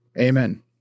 Amen